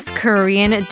Korean